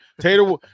Tater